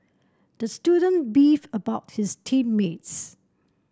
the student beefed about his team mates